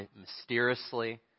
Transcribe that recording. mysteriously